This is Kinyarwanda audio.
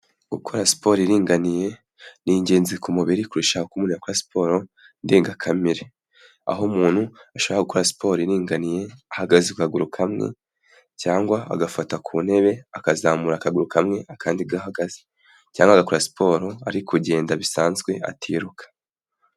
Gukora siporo iringaniye, ni ingenzi ku mubiri kurusha uko umuntu yakora siporo ndengakamere. Aho umuntu ashobora gukora siporo iringaniye, ahagaze ku kaguru kamwe cyangwa agafata ku ntebe, akazamura akaguru kamwe, akandi gahagaze. Cyangwa agakora siporo ari kugenda bisanzwe atiruka.